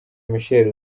michel